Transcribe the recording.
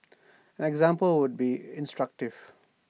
an example would be instructive